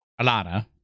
Alana